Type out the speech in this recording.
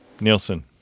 Nielsen